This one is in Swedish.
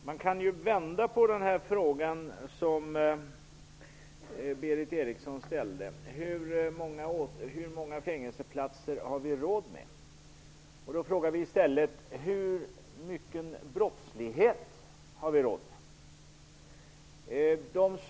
Herr talman! Berith Eriksson frågade: Hur många fängelseplatser har samhället råd med? Men man kan vända på frågan och i stället undra: Hur stor brottslighet har vi råd med?